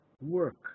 work